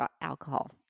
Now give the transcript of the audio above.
alcohol